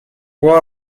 può